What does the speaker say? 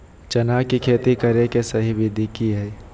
चना के खेती करे के सही विधि की हय?